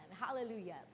hallelujah